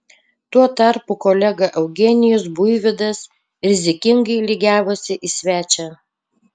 tuo tarpu kolega eugenijus buivydas rizikingai lygiavosi į svečią